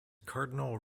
cardinal